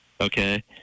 Okay